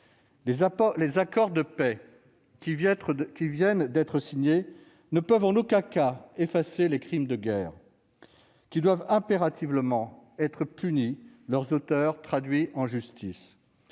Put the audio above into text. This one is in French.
Les accords de paix qui viennent d'être signés ne peuvent en aucun cas effacer les crimes de guerre, lesquels doivent impérativement être punis. Leurs auteurs doivent être traduits en justice.